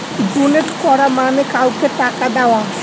donate করা মানে কাউকে টাকা দেওয়া